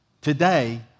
Today